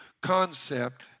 concept